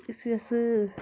इस्सी अस